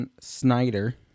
Snyder